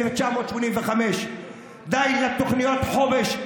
התשמ"ה 1985. די לתוכניות החומש,